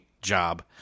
job